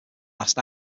last